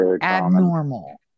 abnormal